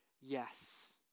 yes